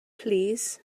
plîs